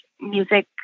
music